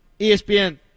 ESPN